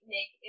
Nick